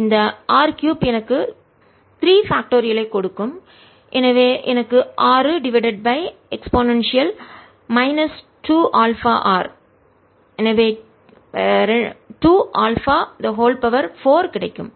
இந்த r cube எனக்கு 3 factorial காரணி கொடுக்கும் எனவே எனக்கு 6 டிவைடட் பை e 2 αr எனவே 2 α 4 கிடைக்கும்